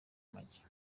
amagi